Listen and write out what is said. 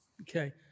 Okay